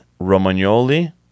Romagnoli